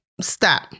stop